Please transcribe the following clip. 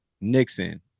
Nixon